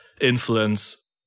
influence